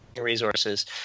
resources